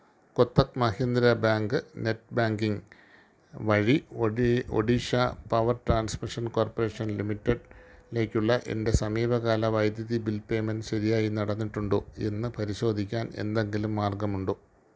Kotak Mahindra bank net banking വഴി ഒഡീ Odisha power transmission corporation ലിമിറ്റഡിലേക്കുള്ള എന്റെ സമീപകാല വൈദ്യുതി ബിൽ പേമെന്റ് ശരിയായി നടന്നിട്ടുണ്ടോ എന്നു പരിശോധിക്കാൻ എന്തെങ്കിലും മാർഗ്ഗമുണ്ടോ